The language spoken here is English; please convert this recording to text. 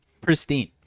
pristine